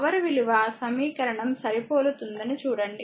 power విలువ సమీకరణం సరిపోలుతుందని చూడండి